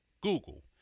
google